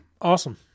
awesome